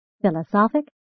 philosophic